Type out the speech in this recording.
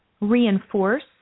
reinforce